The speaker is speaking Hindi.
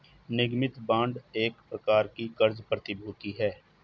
निगमित बांड एक प्रकार की क़र्ज़ प्रतिभूति है